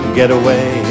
getaway